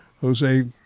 jose